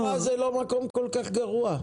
באר אורה זה לא מקום כל כך גרוע.